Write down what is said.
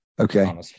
Okay